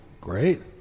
great